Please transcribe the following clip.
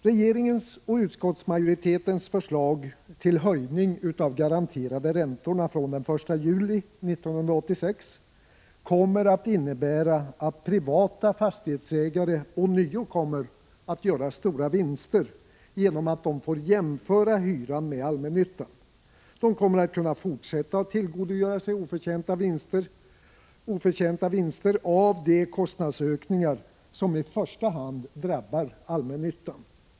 Regeringens och utskottsmajoritetens förslag till höjning av de garanterade räntorna från den 1 juli 1986 kommer att innebära att privata fastighetsägare ånyo kommer att göra stora vinster, eftersom de får jämföra hyran med allmännyttan. De kommer att kunna fortsätta att tillgodogöra sig oförtjänta vinster av de kostnadsökningar som i första hand drabbar allmännyttan.